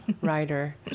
writer